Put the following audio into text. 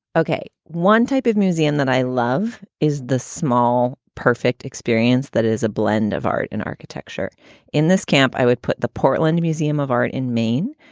ok? one type of museum that i love is the small, perfect experience. that is a blend of art and architecture in this camp. i would put the portland museum of art in maine,